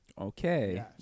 Okay